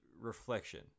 reflection